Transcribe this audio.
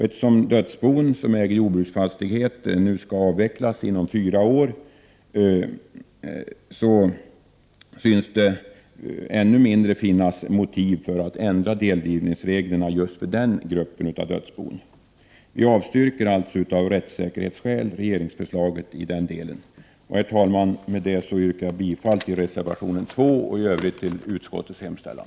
Eftersom dödsbon som äger jordbruks fastighet nu skall avvecklas inom fyra år synes det finnas ännu mindre ES för att ändra delgivningsreglerna för just denna grupp av dödsbon. Vi avstyrker alltså av rättssäkerhetsskäl regeringsförslaget i denna del. Herr talman! Med detta yrkar jag bifall till reservation 2 och i övrigt till utskottets hemställan.